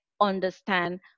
understand